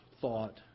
thought